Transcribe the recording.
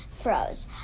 froze